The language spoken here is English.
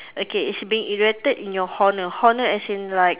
okay is being erected in your honour honour as in like